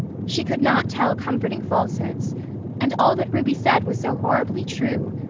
she could not tell comforting falsehoods and all that ruby said was so horribly true.